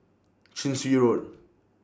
Chin Swee Road